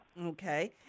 Okay